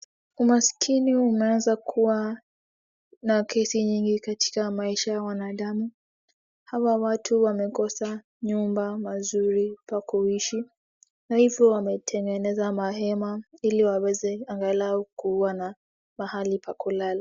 Umaskini umeanza kuwa na kesi nyingi katika maisha ya mwanadamu. Hawa watu wamekosa nyumba mazuri pa kuishi na hivo wametengeneza ma hema ili waweze angalau kuwa na mahali pa kulala.